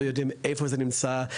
לא יודעים איפה זה נמצא,